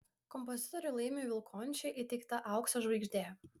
kompozitoriui laimiui vilkončiui įteikta aukso žvaigždė